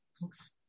thanks